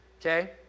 okay